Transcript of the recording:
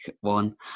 One